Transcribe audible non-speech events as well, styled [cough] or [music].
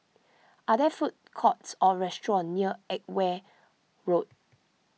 [noise] are there food courts or restaurants near Edgware Road